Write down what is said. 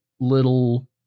little